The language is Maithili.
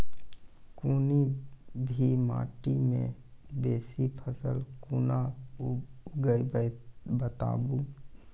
कूनू भी माटि मे बेसी फसल कूना उगैबै, बताबू?